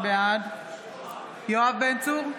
בעד יואב בן צור,